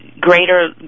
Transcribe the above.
greater